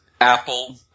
Apple